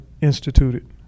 instituted